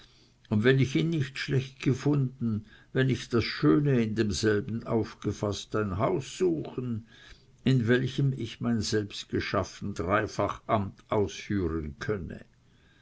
und wenn ich ihn nicht schlecht gefunden wenn ich das schöne in demselben aufgefaßt ein haus suchen in welchem ich mein selbstgeschaffen dreifach amt ausführen könne